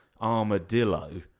Armadillo